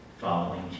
following